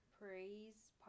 praise